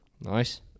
Nice